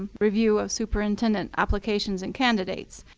review of superintendent applications and candidates.